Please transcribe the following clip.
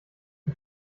die